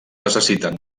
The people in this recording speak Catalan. necessiten